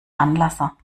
anlasser